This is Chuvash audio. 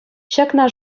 ҫакна